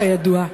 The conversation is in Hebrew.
כידוע.